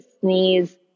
sneeze